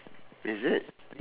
is it